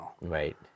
right